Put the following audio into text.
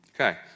okay